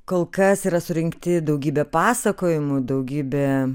kol kas yra surinkti daugybė pasakojimų daugybė